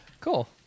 Cool